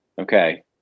okay